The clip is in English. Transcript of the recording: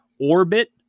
Orbit